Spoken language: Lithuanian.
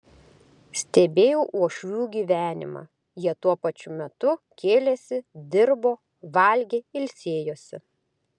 stebėjau uošvių gyvenimą jie tuo pačiu metu kėlėsi dirbo valgė ilsėjosi